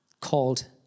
called